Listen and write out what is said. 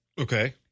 Okay